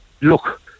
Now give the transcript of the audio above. Look